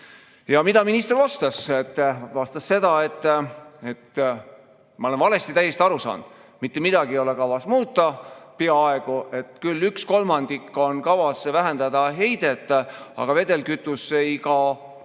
mida minister vastas? Ta vastas seda, et ma olen täiesti valesti aru saanud, mitte midagi ei ole kavas muuta, peaaegu. Küll üks kolmandik on kavas vähendada heidet, aga vedelkütus ei kao